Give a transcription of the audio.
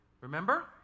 Remember